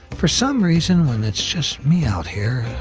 for some reason, when it's just me out here,